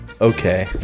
okay